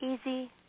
easy